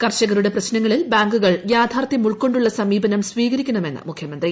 കർഷകരുടെ പ്രശ്നങ്ങളിൽ ്ബാങ്കുകൾ യാഥാർത്ഥ്യം ഉൾക്കൊണ്ടുള്ള സമീപന്ന് സ്വീകരിക്കണമെന്ന് മുഖ്യമന്ത്രി